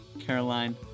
Caroline